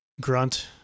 Grunt